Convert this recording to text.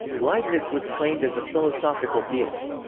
leibniz was claimed as a philosophical theist.